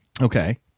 Okay